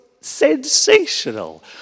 sensational